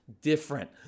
different